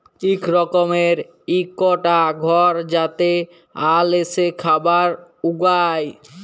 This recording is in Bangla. ইক রকমের ইকটা ঘর যাতে আল এসে খাবার উগায়